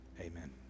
amen